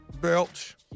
Belch